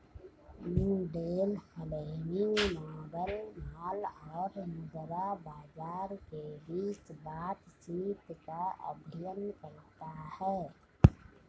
Mundell Fleming model माल और मुद्रा बाजार के बीच बातचीत का अध्ययन करता है